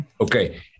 okay